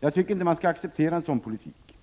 Man skall inte acceptera en sådan politik.